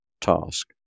task